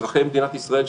אזרחי מדינת ישראל,